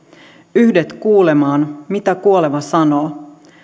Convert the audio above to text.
yhdet kuulemaan mitä kuoleva sanoo